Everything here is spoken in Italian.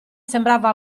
sembrava